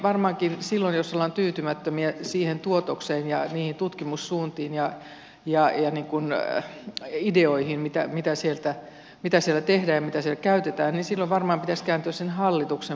varmaankin silloin jos ollaan tyytymättömiä siihen tuotokseen ja niihin tutkimussuuntiin ja ideoihin mitä siellä tehdään ja mitä siellä käytetään pitäisi kääntyä sen hallituksen puoleen